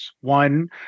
One